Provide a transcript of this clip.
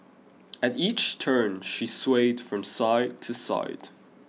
at each turn she swayed from side to side